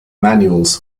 manuals